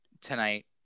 tonight